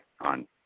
on